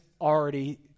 already